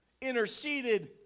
interceded